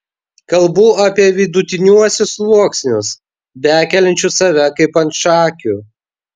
kalbu apie vidutiniuosius sluoksnius bekeliančius save kaip ant šakių